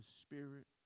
Spirit